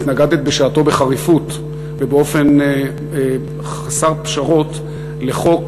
התנגדת בשעתו בחריפות ובאופן חסר פשרות לחוק